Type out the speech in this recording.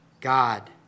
God